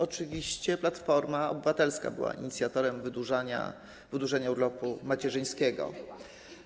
Oczywiście Platforma Obywatelska była inicjatorem wydłużenia urlopu macierzyńskiego.